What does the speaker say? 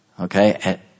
Okay